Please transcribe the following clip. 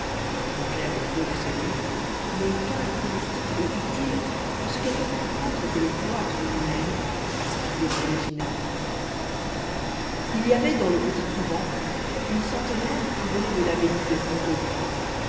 étrangère au fond de ce livre mais caractéristique et utile en ce qu'elle fait comprendre que le cloître lui-même a ses figures originales il y avait dans le petit couvent une centenaire qui venait de l'abbaye de fontevrault